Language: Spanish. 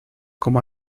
como